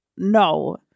No